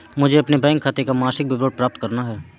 मुझे अपने बैंक खाते का मासिक विवरण प्राप्त करना है?